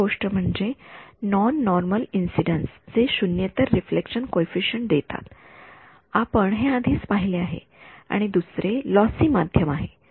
पहिली गोष्ट म्हणजे नॉन नॉर्मल इंसिडेन्स जे शून्येतर रिफ्लेक्शन कॉइफिसिएंट देतात आपण हे आधीच पाहिले आहे आणि दुसरे लॉसी माध्यम आहेत